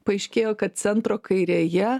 paaiškėjo kad centro kairėje